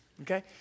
Okay